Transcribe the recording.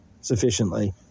sufficiently